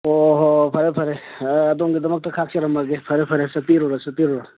ꯑꯣ ꯍꯣꯏ ꯍꯣꯏ ꯐꯔꯦ ꯐꯔꯦ ꯑꯗꯣꯝꯒꯤꯗꯃꯛꯇ ꯈꯥꯛꯆꯔꯝꯒꯦ ꯐꯔꯦ ꯐꯔꯦ ꯆꯠꯄꯤꯔꯨꯔꯣ ꯆꯠꯄꯤꯔꯨꯔꯣ